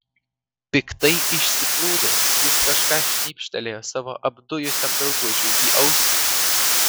piktai išsiplūdęs jis kažką šnypštelėjo savo apdujusiam draugužiui į ausį